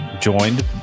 joined